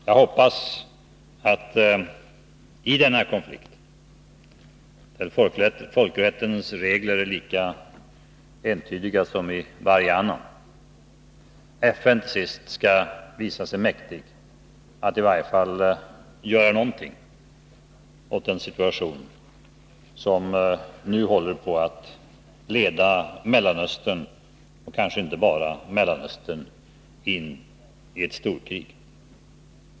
Jag hoppas att i denna konflikt, där folkrättens regler är lika entydiga som i varje annan, FN till sist skall visa sig mäktigt att i varje fall göra någonting åt den situation som nu håller på att leda Mellanöstern och kanske inte bara Mellanöstern in i ett storkrig.